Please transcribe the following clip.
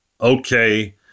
okay